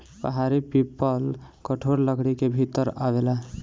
पहाड़ी पीपल कठोर लकड़ी के भीतर आवेला